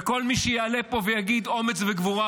וכל מי שיעלה פה בפעם הבאה ויגיד "אומץ וגבורה",